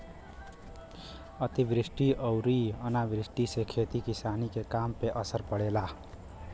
अतिवृष्टि अउरी अनावृष्टि से खेती किसानी के काम पे असर पड़ेला